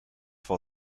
for